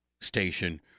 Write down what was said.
station